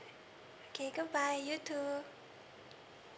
okay goodbye you too